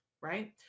right